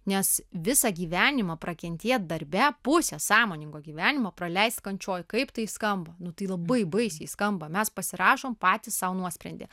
nes visą gyvenimą prakentėt darbe pusę sąmoningo gyvenimo praleist kančioj kaip tai skamba nu tai labai baisiai skamba mes pasirašom patys sau nuosprendį